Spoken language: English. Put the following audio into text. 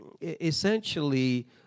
essentially